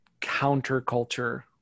counterculture